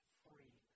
free